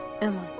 Emma